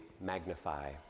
magnify